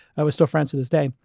ah still friends to this day.